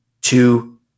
two